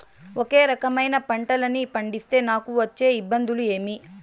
ఒకే రకమైన పంటలని పండిస్తే నాకు వచ్చే ఇబ్బందులు ఏమి?